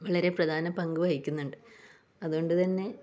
വളരെ പ്രധാന പങ്കു വഹിക്കുന്നുണ്ട് അതുകൊണ്ടു തന്നെ